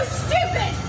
stupid